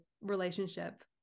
relationship